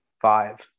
Five